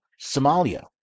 Somalia